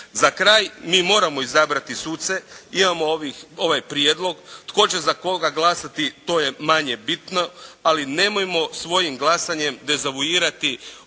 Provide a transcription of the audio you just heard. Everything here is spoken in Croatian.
Za kraj mi moramo izabrati suce. Imamo ovaj prijedlog. Tko će za koga glasati to je manje bitno, ali nemojmo svojim glasanjem dezavuirati